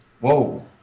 Whoa